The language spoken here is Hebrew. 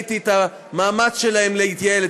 ראיתי את המאמץ שלהם להתייעל,